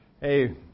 Hey